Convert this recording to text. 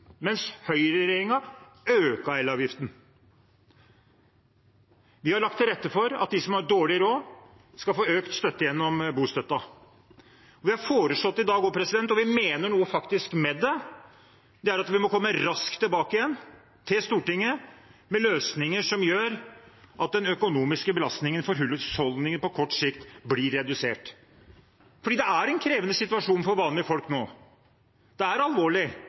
mens høyreregjeringen økte elavgiften. Vi har lagt til rette for at de som har dårlig råd, skal få økt støtte gjennom bostøtten. Vi har foreslått i dag – og vi mener faktisk noe med det –at vi må komme raskt tilbake til Stortinget med løsninger som gjør at den økonomiske belastningen for husholdningene på kort sikt blir redusert. Det er en krevende situasjon for vanlige folk nå, det er alvorlig